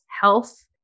health